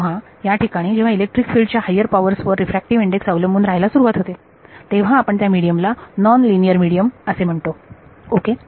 तेव्हा या ठिकाणी जेव्हा इलेक्ट्रिक फील्ड च्या हायर पॉवर्स वर रिफ्रॅक्टिव इंडेक्स अवलंबून राहायला सुरुवात होते तेव्हा आपण त्या मिडीयम ला नॉन लिनियर मिडीयम असे म्हणतो ओके